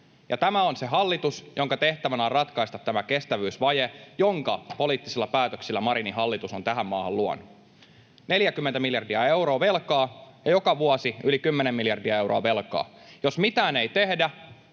tämä on se hallitus, jonka tehtävänä on ratkaista tämä kestävyysvaje, jonka poliittisilla päätöksillä Marinin hallitus on tähän maahan luonut: 40 miljardia euroa velkaa, joka vuosi yli kymmenen miljardia euroa velkaa. Jos mitään ei tehdä,